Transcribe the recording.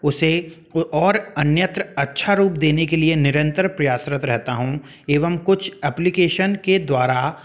उसे और अन्यत्र अच्छा रूप देने के लिए निरंतर प्रयासरत रहता हूँ एवं कुछ एप्लिकेसन के द्वारा